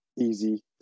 Easy